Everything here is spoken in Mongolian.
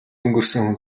өнгөрсөн